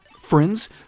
Friends